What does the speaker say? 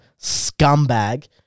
scumbag